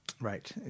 Right